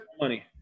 money